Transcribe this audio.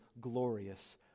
glorious